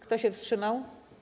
Kto się wstrzymał?